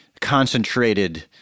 concentrated